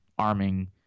arming